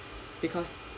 because